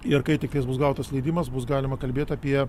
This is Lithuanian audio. ir kai tiktais bus gautas leidimas bus galima kalbėt apie